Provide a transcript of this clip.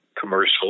commercial